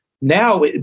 now